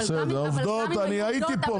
אבל גם --- אני הייתי פה,